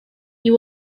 you